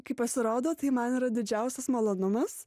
kai pasirodau tai man yra didžiausias malonumas